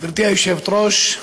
גברתי היושבת-ראש,